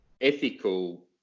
ethical